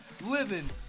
Living